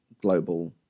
global